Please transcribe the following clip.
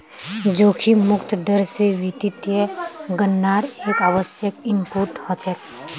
जोखिम मुक्त दर स वित्तीय गणनार एक आवश्यक इनपुट हछेक